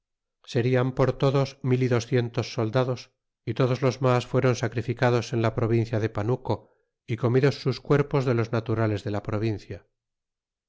serian por todos mil y docientos soldados y todos los mas fuéron sacrificados en la provincia de panuco y comidos sus cuerpos de los naturales de la provincia